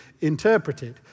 interpreted